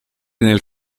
nel